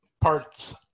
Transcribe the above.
Parts